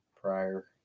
Prior